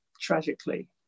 tragically